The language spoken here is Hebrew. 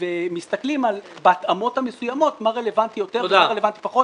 ומסתכלים בהתאמות המסוימות על מה רלוונטי יותר ומה רלוונטי פחות